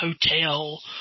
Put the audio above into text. hotel